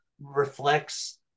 reflects